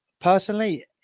personally